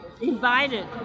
invited